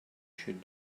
should